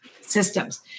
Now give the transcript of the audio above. systems